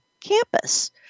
campus